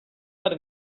per